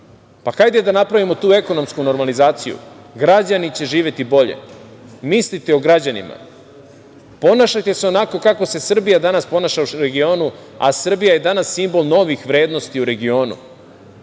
pa hajde da napravimo tu ekonomsku normalizaciju, građani će živeti bolje. Mislite o građanima. Ponašajte se onako kako se Srbija danas ponaša u regionu, a Srbija je danas simbol novih vrednosti u regionu. Srbija